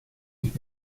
liegt